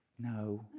no